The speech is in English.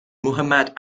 muhammad